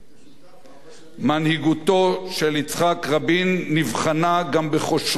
מנהיגותו של יצחק רבין נבחנה גם בכושרו לראות את העתיד.